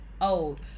old